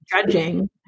judging